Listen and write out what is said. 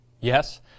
Yes